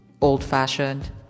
old-fashioned